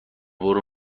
برو